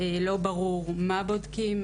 לא ברור מה בודקים,